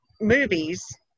movies